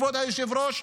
כבוד היושב-ראש,